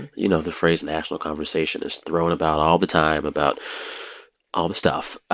you know, the phrase national conversation is thrown about all the time about all the stuff.